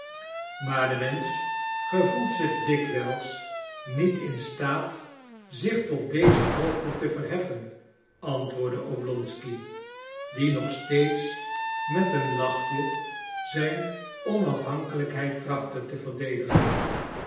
maar de mensch gevoelt zich dikwijls niet in staat zich tot deze hoogte te verheffen antwoordde oblonsky die nog steeds met een lachje zijn onafhankelijkheid trachtte te verdedigen